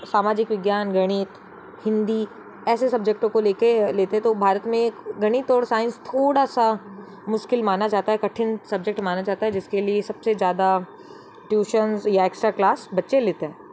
सामाजिक विज्ञान गणित हिंदी ऐसे सब्जेक्टो को ले के लेते है तो भारत में गणित और साइंस थोड़ा सा मुश्किल माना जाता है कठिन सब्जेक्ट माना जाता है जिस के लिए सबसे ज्यादा ट्यूशन्स या एक्स्ट्रा क्लास बच्चे लेते हैं